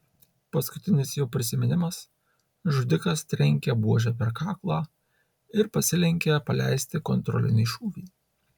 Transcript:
paskutinis jo prisiminimas žudikas trenkia buože per kaklą ir pasilenkia paleisti kontrolinį šūvį